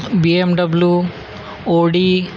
BMW Audi